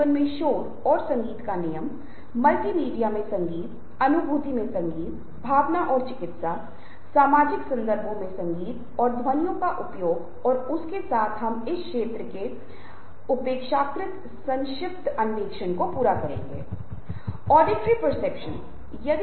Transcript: सुनने की प्रासंगिकता एक ऐसी चीज है जिसे हमने पिछले भाग में उजागर किया है जब हमने पूरी तरह से सुनने के बारे में बात की थी लेकिन वहाँ भी मैंने इस तथ्य के बारे में कुछ अंक बनाए कि सुनने और बोलने को वास्तव में अलग नहीं किया जा सकता है